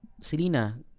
Selena